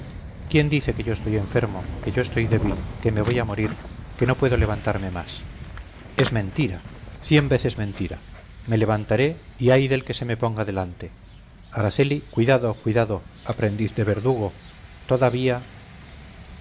quién dice que yo estoy enfermo que yo estoy débil que me voy a morir que no puedo levantarme más es mentira cien veces mentira me levantaré y ay del que se me ponga delante araceli cuidado cuidado aprendiz de verdugo todavía